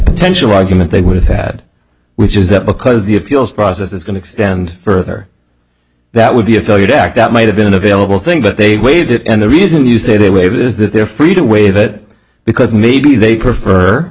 potential argument they would have had which is that because the appeals process is going to extend further that would be a failure to act that might have been available thing but they waived it and the reason you say they waive is that they're free to waive it because maybe they prefer